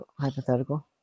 hypothetical